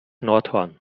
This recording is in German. nordhorn